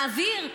באוויר,